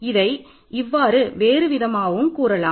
இதை இவ்வாறு வேறுவிதமாகவும் கூறலாம்